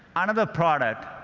another product,